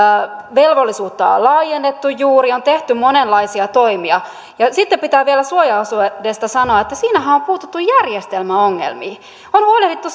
velvollisuutta on laajennettu juuri on tehty monenlaisia toimia ja sitten pitää vielä suojaosuudesta sanoa että siinähän on on puututtu järjestelmän ongelmiin on on huolehdittu